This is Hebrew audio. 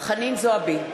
חנין זועבי,